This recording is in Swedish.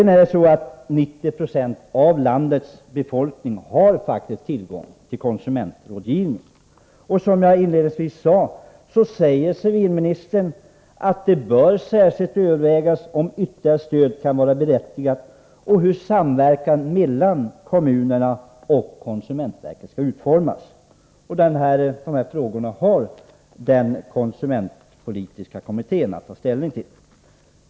90 90 av landets befolkning har faktiskt tillgång till konsumentrådgivning, och som jag inledningsvis sade anför civilministern att det särskilt bör övervägas om ytterligare stöd kan vara berättigat och hur samverkan mellan kommunerna och konsumentverket skall utformas. Den konsumentpolitiska kommittén har att ta ställning till dessa frågor.